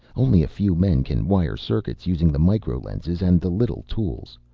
only a few men can wire circuits using the micro-lenses and the little tools.